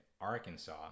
Arkansas